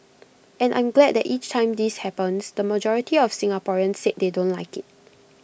and I'm glad that each time this happens the majority of Singaporeans say they don't like IT